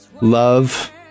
love